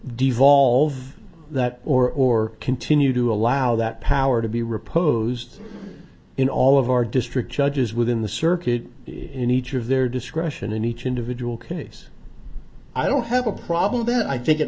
devolve that or continue to allow that power to be reposed in all of our district judges within the circuit in each of their discretion in each individual case i don't have a problem that i think it